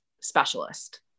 specialist